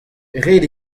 ret